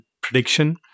prediction